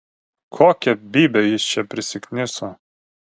kokio bybio jis čia prisikniso